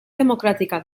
democràtica